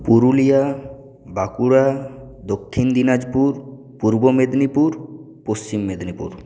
Purulia Bankura Dakshin Dinajpur Purba Medinipur Paschim Medinipur